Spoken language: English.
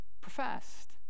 professed